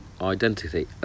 identity